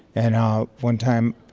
and um one time,